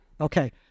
Okay